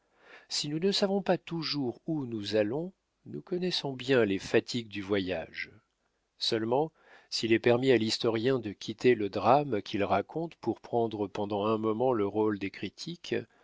si nous ne savons pas toujours où nous allons nous connaissons bien les fatigues du voyage seulement s'il est permis à l'historien de quitter le drame qu'il raconte pour prendre pendant un moment le rôle des critiques